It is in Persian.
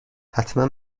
حتما